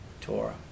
Torah